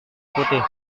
putih